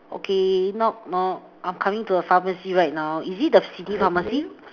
okay knock knock I am coming to a pharmacy right now is it the city pharmacy